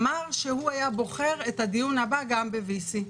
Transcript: אמר שהוא היה בוחר את הדיון הבא גם ב-VC,